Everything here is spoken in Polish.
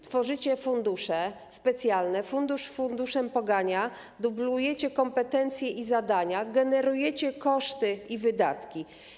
Tworzycie fundusze specjalne, fundusz funduszem pogania, dublujecie kompetencje i zadania, generujecie koszty i wydatki.